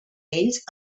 ells